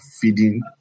feeding